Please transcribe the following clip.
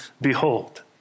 behold